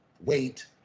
Wait